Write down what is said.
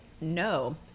no